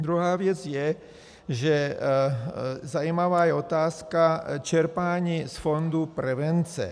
Druhá věc je, že zajímavá je otázka z čerpání z fondu prevence.